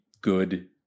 good